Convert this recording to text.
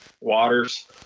waters